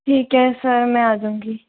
ठीक है सर मैं आ जाऊंगी